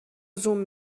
زوم